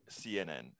CNN